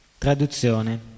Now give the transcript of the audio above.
Traduzione